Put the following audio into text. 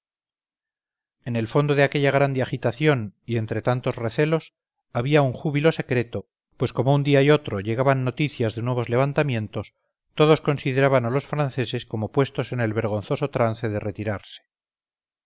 en el fondo de aquella grande agitación y entre tantos recelos había un júbilo secreto pues como un día y otro llegaban noticias de nuevos levantamientos todos consideraban a los franceses como puestos en el vergonzoso trance de retirarse